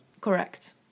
Correct